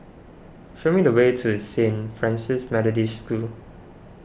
show me the way to Saint Francis Methodist School